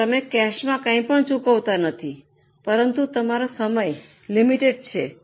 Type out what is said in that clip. કદાચ તમે કૈશમાં કંઈપણ ચૂકવતા નથી પરંતુ તમારો સમય લિમિટિડ છે